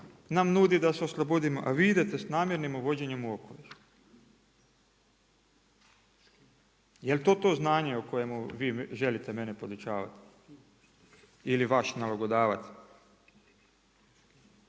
nam nudi da se oslobodimo, a vi idete s namjernim uvođenjem u okoliš. Jel' to to znanje o kojemu vi želite mene podučavati ili vaš nalogodavac?